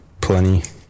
plenty